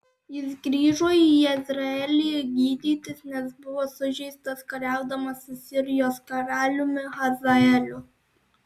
jis grįžo į jezreelį gydytis nes buvo sužeistas kariaudamas su sirijos karaliumi hazaeliu